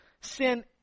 Sin